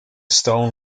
stone